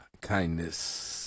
kindness